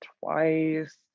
twice